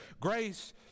Grace